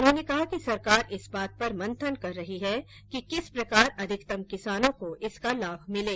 उन्होंने कहा कि सरकार इस बात पर मंथन कर रही है कि किस प्रकार अधिकतम किसानों को इसका लाभ मिले